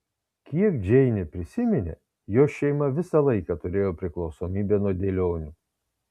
kiek džeinė prisiminė jos šeima visą laiką turėjo priklausomybę nuo dėlionių